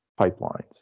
pipelines